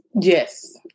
Yes